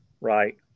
Right